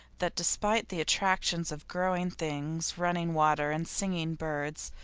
that despite the attractions of growing things, running water, and singing birds,